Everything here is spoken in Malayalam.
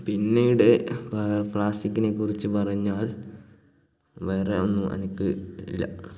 പിന്നീട് പ്ലാസ്റ്റിക്കിനെ കുറിച്ചു പറഞ്ഞാൽ വേറെ ഒന്നും അനക്ക് ഇല്ല